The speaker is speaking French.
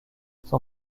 son